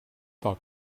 talk